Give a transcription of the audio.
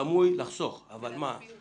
סמוי כדי לחסוך, אבל מה?